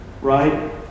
right